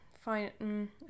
Fine